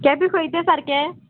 केंपे खंय तें सारकें